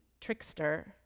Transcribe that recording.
trickster